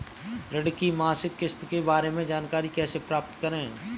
ऋण की मासिक किस्त के बारे में जानकारी कैसे प्राप्त करें?